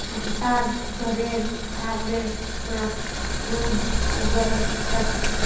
हमसार घरेर सामने मशरूम उगील छेक